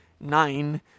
nine